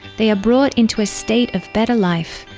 they are brought into a state of better life,